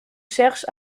cherche